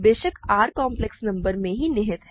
बेशक R complex numbers में ही निहित है